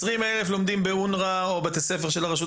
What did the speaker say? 20 אלף לומדים באונר"א או בבתי ספר של הרשות